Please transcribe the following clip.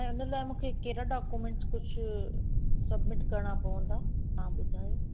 ऐं हुन लाइ मूंखे कहिड़ा डाक्यूमेंट्स कुझु सबमिट करणा पवन्दा तव्हां ॿुधायो